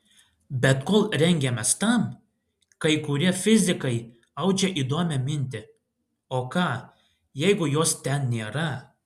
bet kol rengiamės tam kai kurie fizikai audžia įdomią mintį o ką jeigu jos ten nėra